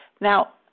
Now